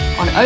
on